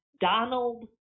Donald